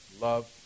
love